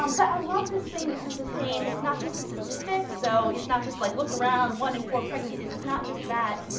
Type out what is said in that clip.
um but i love this thing in terms of saying it's not just a statistic. so, it's not just like look around one in four pregnancies. it's not just that.